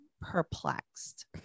perplexed